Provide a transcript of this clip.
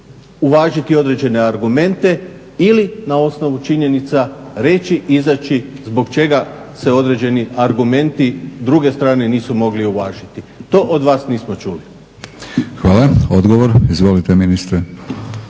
uvažiti određene argumente ili na osnovu činjenica reći, izaći zbog čega se određeni argumenti druge strane nisu mogli uvažiti. To od vas nismo čuli. **Batinić, Milorad